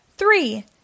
Three